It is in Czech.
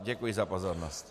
Děkuji za pozornost.